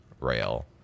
rail